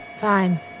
Fine